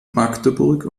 magdeburg